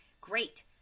great